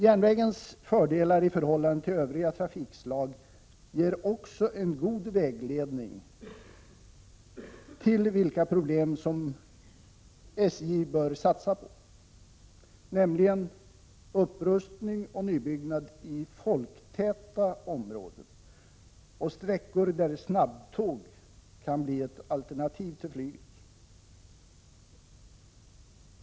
Järnvägens fördelar i förhållande till övriga trafikslag ger också en god vägledning till vilka projekt SJ bör satsa på, nämligen upprustning och nybyggnad i folktäta områden och på sträckor där snabbtåg kan bli ett alternativ till flyget.